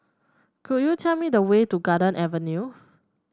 could you tell me the way to Garden Avenue